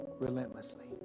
relentlessly